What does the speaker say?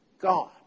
God